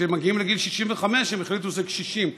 כשמגיעים לגיל 65, הם החליטו שזה קשישים.